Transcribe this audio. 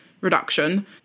reduction